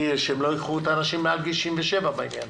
שהם לא ייקחו את האנשים מעל גיל 67 בעניין.